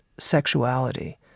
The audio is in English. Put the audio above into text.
sexuality